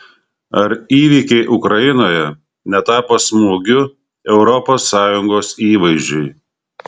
ar įvykiai ukrainoje netapo smūgiu europos sąjungos įvaizdžiui